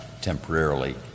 temporarily